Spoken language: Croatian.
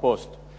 2%.